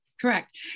Correct